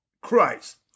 Christ